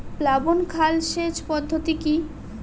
প্লাবন খাল সেচ পদ্ধতি কি?